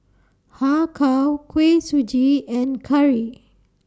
Har Kow Kuih Suji and Curry